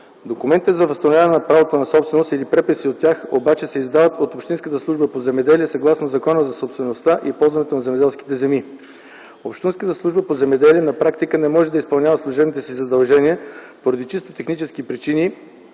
Документите за възстановяване правото на собственост или преписи от тях обаче се издават от Общинската служба по земеделие съгласно Закона за собствеността и ползването на земеделските земи. Общинската служба по земеделие на практика не може да изпълнява служебните си задължения по чисто технически причини